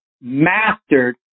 mastered